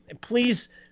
Please –